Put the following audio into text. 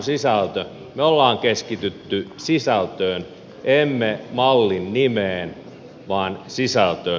me olemme keskittyneet sisältöön emme mallin nimeen vaan sisältöön